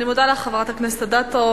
אני מודה לך, חברת הכנסת אדטו.